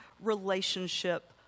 relationship